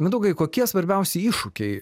mindaugai kokie svarbiausi iššūkiai